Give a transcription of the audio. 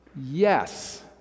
Yes